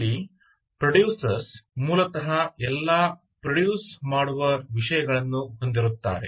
ಇಲ್ಲಿ ಪ್ರೊಡ್ಯೂಸರ್ಸ್ ಮೂಲತಃ ಎಲ್ಲಾ ಪ್ರೊಡ್ಯೂಸ ಮಾಡುವ ವಿಷಯಗಳನ್ನು ಹೊಂದಿರುತ್ತಾರೆ